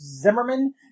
Zimmerman